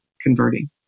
converting